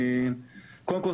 קודם כל,